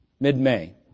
mid-May